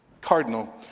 cardinal